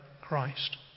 Christ